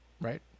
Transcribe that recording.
right